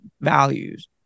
values